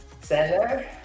Center